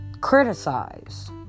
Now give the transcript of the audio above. criticize